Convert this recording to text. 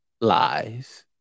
lies